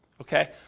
Okay